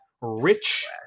Rich